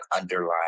underlying